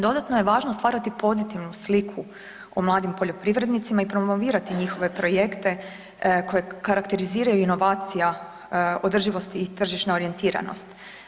Dodatno je važno stvarati pozitivnu sliku o mladim poljoprivrednicima i promovirati njihove projekte koje karakteriziraju inovacija, održivost i tržišna orijentiranost.